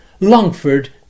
Longford